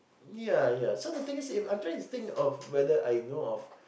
ya ya so the thing is if I'm trying to think of whether I know of